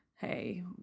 Hey